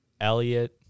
elliot